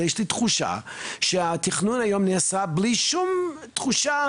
יש לי תחושה שהתכנון היום נעשה בלי שום תחושה